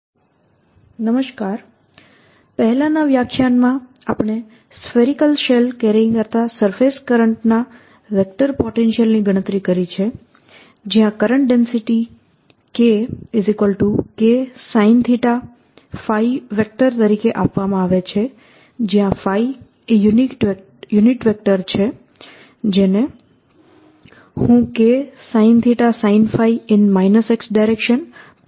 current ડેન્સિટીઝમાંથી vector potential - II પહેલાનાં વ્યાખ્યાનમાં આપણે સ્ફેરિકલ શેલ કેરિંગ કરતા સરફેસ કરંટ ના વેક્ટર પોટેન્શિયલ ની ગણતરી કરી છે જ્યાં કરંટ ડેન્સિટી KKsinθ તરીકે આપવામાં આવે છે જયાં યુનિટ વેક્ટર છે જેને હું K sinθ sinϕ K sinθ cosϕ તરીકે લખી શકું છું